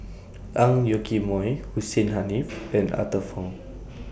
Ang Yoke Mooi Hussein Haniff and Arthur Fong